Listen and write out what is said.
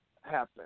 happen